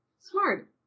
Smart